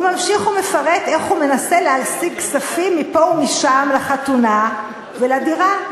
הוא ממשיך ומפרט איך הוא מנסה להשיג כספים מפה ומשם לחתונה ולדירה.